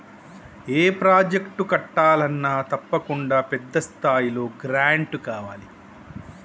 ఏ project కట్టాలన్నా తప్పకుండా పెద్ద స్థాయిలో గ్రాంటు కావాలి